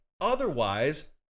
Otherwise